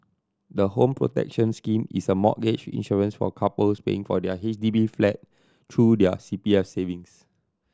the Home Protection Scheme is a mortgage insurance for couples paying for their H D B flat through their C P F savings